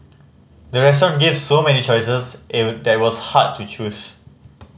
the restaurant gave so many choices that was hard to choose